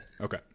Okay